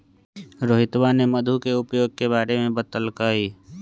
रोहितवा ने मधु के उपयोग के बारे में बतल कई